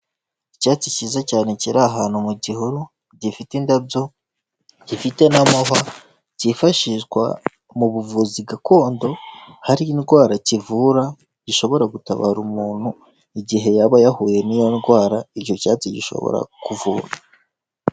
Icyatsi cyiza cyane kiri ahantu mu gihuru, gifite indabyo, gifite n'amahwa, kifashishwa mu buvuzi gakondo hari indwara kivura, gishobora gutabara umuntu igihe yaba yahuye n'iyo ndwara, icyo cyatsi gishobora kuvura.